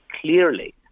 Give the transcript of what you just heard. clearly